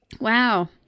wow